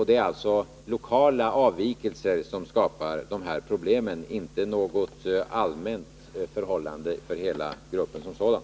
Det är alltså lokala avvikelser som skapar de här problemen, inte något som gäller gruppen som sådan.